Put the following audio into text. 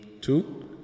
Two